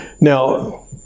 now